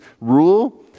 rule